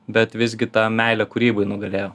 bet visgi ta meilė kūrybai nugalėjo